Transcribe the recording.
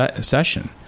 session